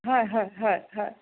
হয় হয় হয় হয়